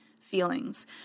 feelings